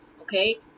Okay